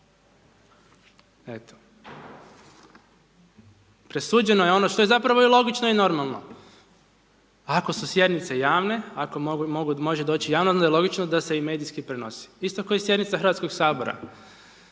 Eto. Presuđeno je ono što je zapravo i logično i normalno, ako su sjednice javne, ako može doći javno, onda je logično da se i medijski prenosi, isto ko i sjednica Hrvatskog sabora.